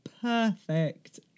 Perfect